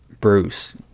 bruce